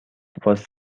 was